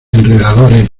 enredadores